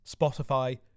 Spotify